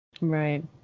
right